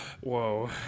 Whoa